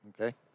Okay